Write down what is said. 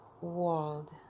world